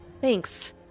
Thanks